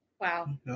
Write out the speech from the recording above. Wow